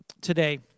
today